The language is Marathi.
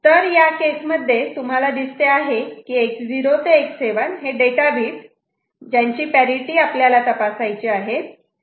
तर या केस मध्ये तुम्हाला दिसते आहे की X0 ते X7 हे डेटा बीट ज्यांची पॅरिटि आपल्याला तपासायची आहे